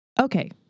Okay